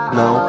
no